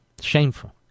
Shameful